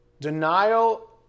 Denial